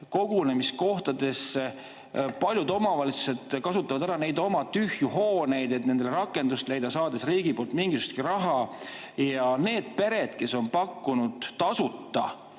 kogunemiskohtadesse. Paljud omavalitsused kasutavad ära oma tühje hooneid, et nendele rakendust leida, saades riigi poolt mingisugustki raha. Aga nende peredega, kes on pakkunud tasuta